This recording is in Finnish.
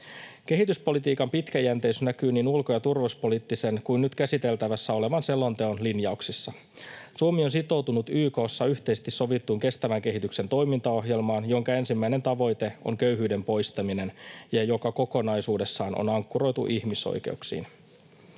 Kehityspolitiikan pitkäjänteisyys näkyy niin ulko- ja turvallisuuspoliittisen kuin nyt käsiteltävässä olevan selonteon linjauksissa. Suomi on sitoutunut YK:ssa yhteisesti sovittuun kestävän kehityksen toimintaohjelmaan, jonka ensimmäinen tavoite on köyhyyden poistaminen ja joka kokonaisuudessaan on ankkuroitu ihmisoikeuksiin.